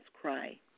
cry